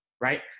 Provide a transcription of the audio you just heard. Right